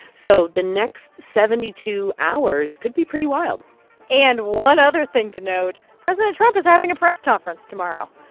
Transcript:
so the next seventy two hours could be pretty wild and one other thing to note president trump is having a press conference tomorrow.